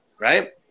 Right